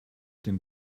dem